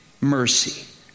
mercy